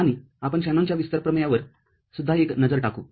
आणि आपण शॅनॉनच्या विस्तार प्रमेयावर सुद्धा एक नजर टाकू